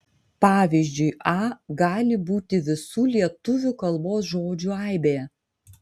pavyzdžiui a gali būti visų lietuvių kalbos žodžių aibė